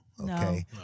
okay